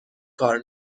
کار